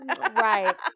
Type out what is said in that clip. right